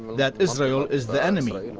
that israel is the enemy.